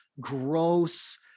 gross